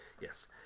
yes